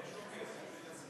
אם יש לו כסף, שישים.